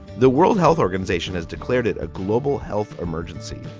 the world health organization has declared it a global health emergency,